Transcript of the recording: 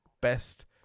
best